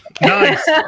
Nice